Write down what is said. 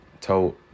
told